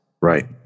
Right